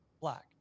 black